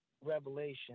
Revelation